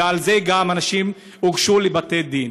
ועל זה אנשים גם הוגשו לבתי-דין.